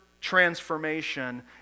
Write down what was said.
transformation